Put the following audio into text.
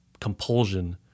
compulsion